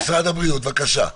משרד הבריאות, בבקשה.